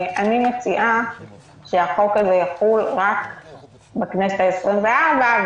אני מציעה שהחוק הזה יחול רק בכנסת העשרים-וארבע,